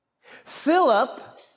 Philip